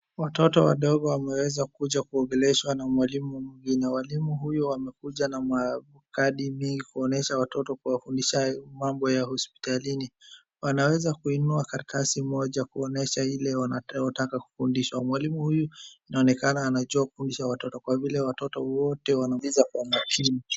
Watoto wadogo wameweza kuja kuongeleshwa na mwalimu mgeni, na mwalimu huyu amekuja na makadi mingi kuonesha watoto kuwafundisha mambo ya hospitalini. Anaweza kuinua karatasi moja kuonesha ile wanataka kufundishwa. Mwalimu huyu inaonekana anajua kufundisha watoto, kwa vile watoto wote wanauliza kwa makini.